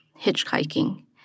hitchhiking